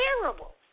terrible